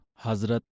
Hazrat